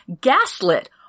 gaslit